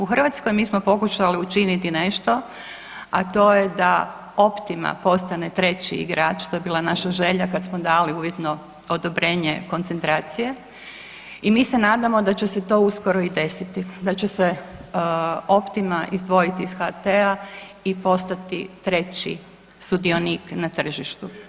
U Hrvatskoj, mi smo pokušali učiniti nešto, a to je da Optima postane 3. igrač, to je bila naša želja kad smo dali uvjetno odobrenje koncentracije i mi se nadamo da će se to uskoro i desiti, da će se Optima izdvojiti iz HT-a i postati treći sudionik na tržištu.